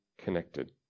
connected